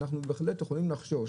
אנחנו בהחלט יכולים לחשש